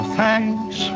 thanks